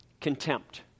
contempt